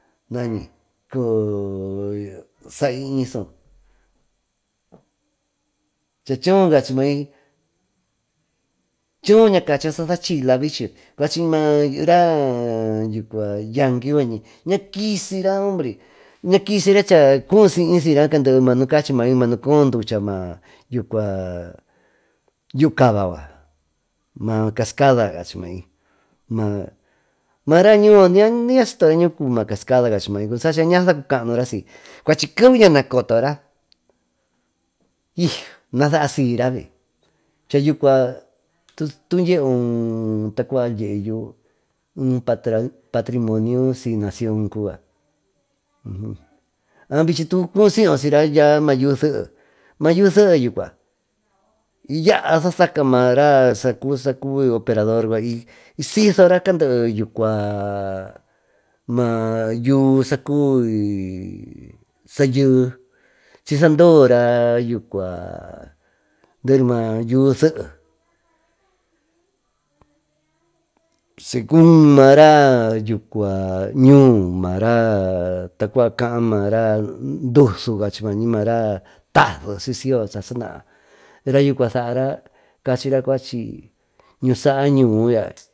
Chaa choyo ña cachiyo saa sahachila vichi cuachi mara yangui yucua ñakisira ombre chaa cuu siy may siyra maa nu como ducha yuu caba yucua maa cascada cachi may maa mara nuuyo niña sytora nucucuvi maa cascada ñuusaa ñaa sacucanura siy cuachi keve ña ns cotora iy na saa siyra cháa yucua tu dyieú tacua dyiye yuú ee patrimonio siy nacional kuvi a vichi tacua si y yo siyra maa yuu sehe maa yuu sehe yucua y ya sa saca mara sacubi operador yucua y sikora candee yucua maa yuú saa yee chi saaohora yucua dehery maa yuú sehe según maa raa ñuumaa raa duhso mara take siyyo taa saa naa raa yucua saara cachira cachira ñu saa ñuu hi yaa.